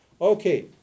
Okay